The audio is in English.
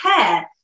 care